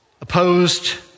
Opposed